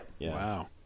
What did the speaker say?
Wow